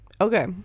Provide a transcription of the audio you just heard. Okay